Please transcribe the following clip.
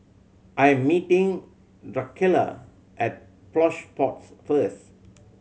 I'm meeting Drucilla at Plush Pods first